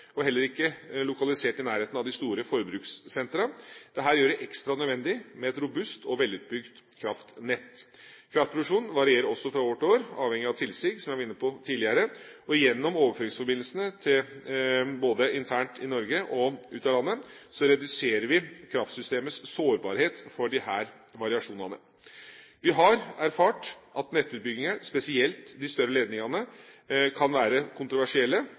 er heller ikke lokalisert i nærheten av de store forbrukssentrene. Dette gjør det ekstra nødvendig med et robust og velutbygd kraftnett. Kraftproduksjonen varierer også fra år til år, avhengig av tilsig, som jeg var inne på tidligere. Gjennom overføringsforbindelsene både internt i Norge og ut av landet reduserer vi kraftsystemets sårbarhet for disse variasjonene. Vi har erfart at nettutbygginger, spesielt de større ledningene, kan være kontroversielle.